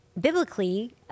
biblically